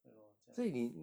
对 lor 这样 lor